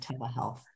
Telehealth